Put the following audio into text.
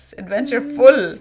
adventureful